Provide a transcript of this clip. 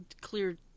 clear